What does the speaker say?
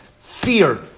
fear